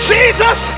Jesus